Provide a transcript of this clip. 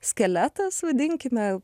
skeletas vadinkime